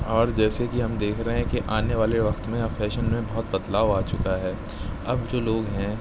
اور جیسے کہ ہم دیکھ رہے ہیں کہ آنے والے وقت میں فیشن میں بہت بدلاؤ آ چکا ہے اب جو لوگ ہیں